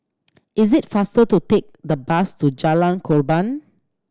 is it faster to take the bus to Jalan Korban